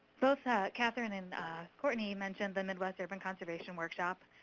both catherine and cortney mentioned the midwest urban conservation workshop.